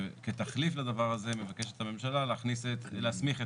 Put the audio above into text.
וכתחליף לדבר הזה מבקשת הממשלה להסמיך את